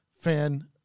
fan